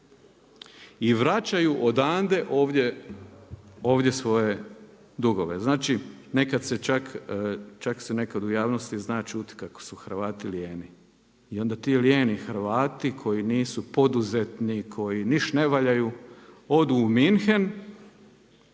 i vraćaju odande ovdje svoje dugove. Znači nekad se čak u javnosti zna čuti kako su Hrvati lijeni i onda ti lijeni Hrvati koji nisu poduzetni, koji ništa ne valjaju odu u München